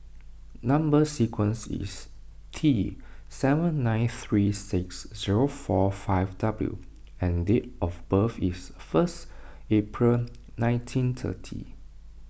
Number Sequence is T seven nine three six zero four five W and date of birth is first April nineteen thirty